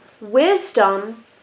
wisdom